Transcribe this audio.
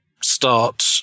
start